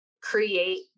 create